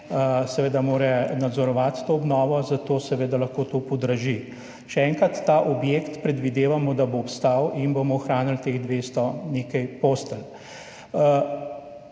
Slovenije mora nadzorovati to obnovo, zato se seveda lahko to podraži. Še enkrat, ta objekt predvidevamo, da bo obstal in bomo ohranili teh 200 in nekaj postelj.